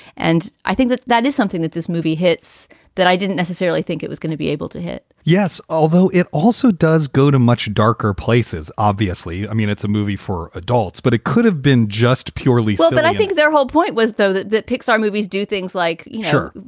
and i think that that is something that this movie hits that i didn't necessarily think it was going to be able to hit yes. although it also does go to much darker places, obviously. i mean, it's a movie for adults, but it could have been just purely spin so but i think their whole point was, though, that that pixar movies do things like, sure,